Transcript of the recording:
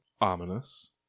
ominous